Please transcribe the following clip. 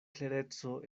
klereco